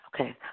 Okay